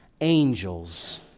Angels